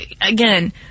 again